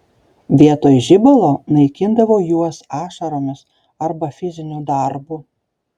vietoj žibalo naikindavau juos ašaromis arba fiziniu darbu